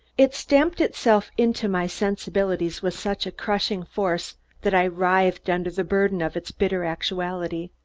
it stamped itself into my sensibilities with such crushing force that i writhed under the burden of its bitter actuality.